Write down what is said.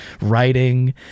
writing